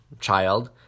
child